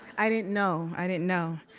i didn't know, i didn't know.